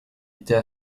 était